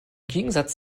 gegensatz